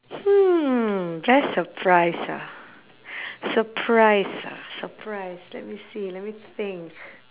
hmm best surprise ah surprise ah surprise let me see let me think